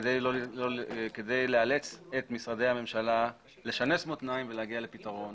כדי לאלץ את משרדי הממשלה לשנס מותניים ולהגיע לפתרון.